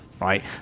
right